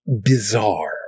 bizarre